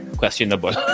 questionable